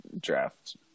draft